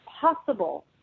possible